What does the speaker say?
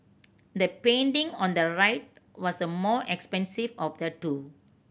the painting on the right was the more expensive of the two